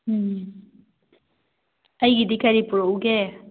ꯎꯝ ꯑꯩꯒꯤꯗꯤ ꯀꯔꯤ ꯄꯨꯔꯛꯎꯒꯦ